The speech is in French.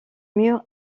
murs